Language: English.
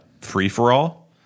free-for-all